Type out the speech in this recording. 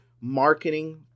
marketing